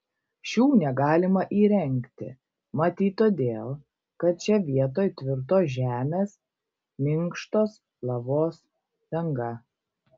šių negalima įrengti matyt todėl kad čia vietoj tvirtos žemės minkštos lavos danga